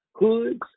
hoods